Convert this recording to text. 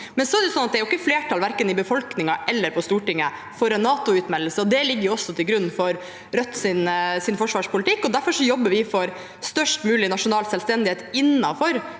interesser. Det er ikke flertall verken i befolkningen eller på Stortinget for en NATO-utmeldelse, og det ligger også til grunn for Rødts forsvarspolitikk. Derfor jobber vi for størst mulig nasjonal selvstendighet innenfor